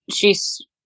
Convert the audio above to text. shes